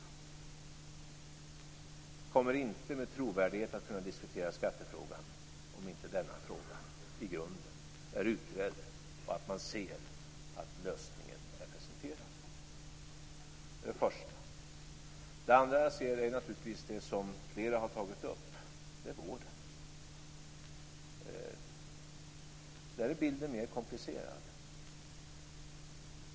Vi kommer inte med trovärdighet att kunna diskutera skattefrågan om inte denna fråga i grunden är utredd och man ser att lösningen är presenterad. Det är det första. Det andra som jag ser är naturligtvis det som flera har tagit upp. Det handlar om vården. Där är bilden mer komplicerad.